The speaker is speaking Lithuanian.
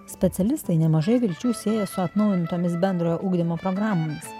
specialistai nemažai vilčių sieja su atnaujintomis bendrojo ugdymo programomis